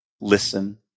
listen